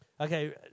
okay